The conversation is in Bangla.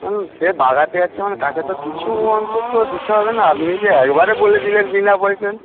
সে বাগাতে আসছে মানে তাকে তো কিছু অন্তত দিতে হবে না আপনি যে একেবারে বলে দিলেন বিনা পয়সায়